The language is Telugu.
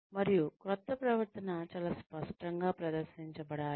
మరియు క్రొత్త ప్రవర్తన చాలా స్పష్టంగా ప్రదర్శించబడాలి